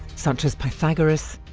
such as pythagoras.